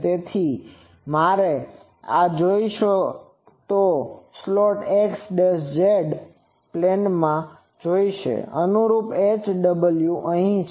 તેથી મારે આ જોશે તમે જોશો કે સ્લોટ X Z પ્લેનમાં છે તેથી અનુરૂપ h અને w અહીં છે